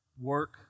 work